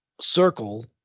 circle